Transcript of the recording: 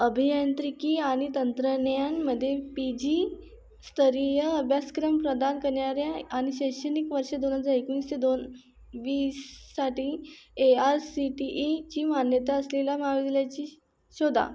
अभियांत्रिकी आणि तंत्रज्ञानमध्ये पी जी स्तरीय अभ्यासक्रम प्रदान करणाऱ्या आणि शैक्षणिक वर्ष दोन हजार एकोणीस ते दोन वीससाठी ए आय सी टी ईची मान्यता असलेली महाविद्यालये शोधा